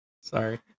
Sorry